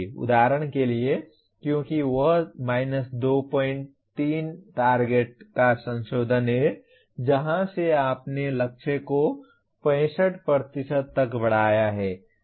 उदाहरण के लिए क्योंकि यह 23 टारगेट का संशोधन है जहाँ से आपने लक्ष्य को 65 तक बढ़ाया है